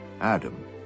Adam